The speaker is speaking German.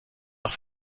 nach